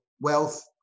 wealth